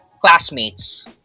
classmates